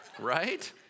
Right